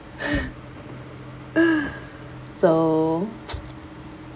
so